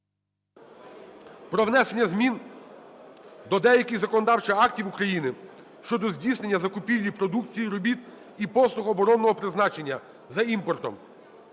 про внесення змін до деяких законодавчих актів України щодо здійснення закупівлі продукції, робіт і послуг оборонного призначення за імпортом.